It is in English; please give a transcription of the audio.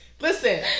Listen